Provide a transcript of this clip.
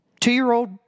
two-year-old